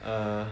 err